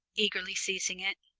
eagerly seizing it.